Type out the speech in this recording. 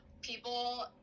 People